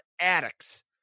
addicts